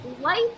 life